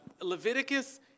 Leviticus